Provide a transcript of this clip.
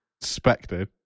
expected